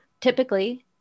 typically